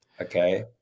Okay